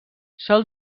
sol